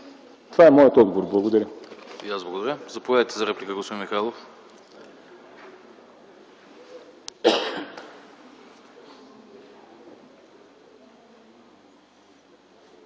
Това е моят отговор. Благодаря.